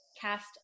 cast